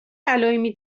علائمی